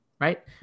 right